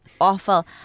awful